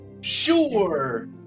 Sure